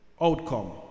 outcome